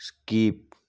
skip